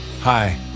Hi